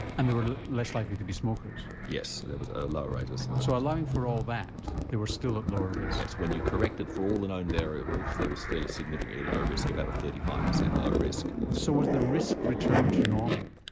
and they were less likely to be smokers? yes, there was a lower rate of smokers. so allowing for all that they were still at lower risk? yes, when you corrected for all the known variables there was still a significantly lower risk, about a thirty five percent lower risk. so was the risk returned to normal?